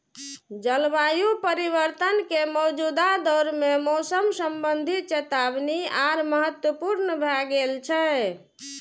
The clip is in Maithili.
जलवायु परिवर्तन के मौजूदा दौर मे मौसम संबंधी चेतावनी आर महत्वपूर्ण भए गेल छै